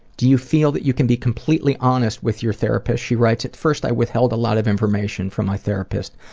do you feel that you can be completely honest with your therapist? she writes, at first i withheld a lot of information from my therapist.